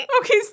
Okay